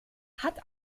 hat